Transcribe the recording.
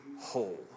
whole